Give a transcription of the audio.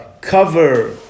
cover